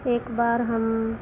एक बार हम